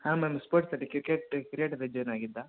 ಹಾಂ ಮ್ಯಾಮ್ ಸ್ಪೋರ್ಟ್ಸಲ್ಲಿ ಕ್ರಿಕೆಟ ಕ್ರಿಕೆಟ್ದಾಗ ಜಾಯ್ನ್ ಆಗಿದ್ದ